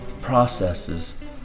processes